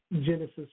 Genesis